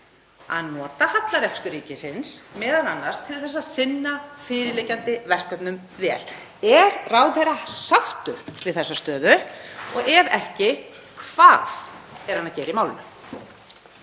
að nota hallarekstur ríkisins m.a. til að sinna fyrirliggjandi verkefnum vel? Er ráðherra sáttur við þessa stöðu og ef ekki, hvað er hann að gera í málinu?